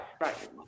right